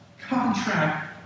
contract